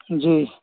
جی